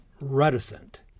reticent